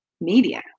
media